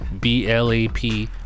B-L-A-P